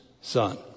son